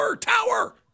tower